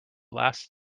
last